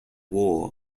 war